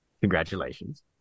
Congratulations